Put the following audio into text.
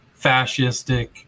Fascistic